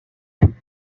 thing